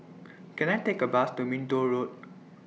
Can I Take A Bus to Minto Road